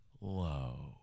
low